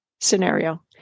scenario